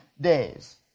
days